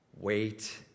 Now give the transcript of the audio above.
Wait